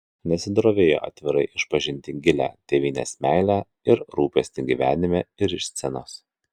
rūta nesidrovėjo atvirai išpažinti gilią tėvynės meilę ir rūpestį gyvenime ir iš scenos